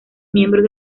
miembros